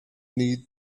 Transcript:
needs